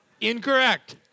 Incorrect